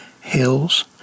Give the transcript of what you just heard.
hills